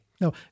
No